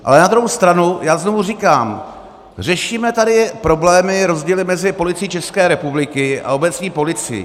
Ale na druhou stranu já znovu říkám řešíme tady problémy, rozdíly mezi Policií České republiky a obecní policií.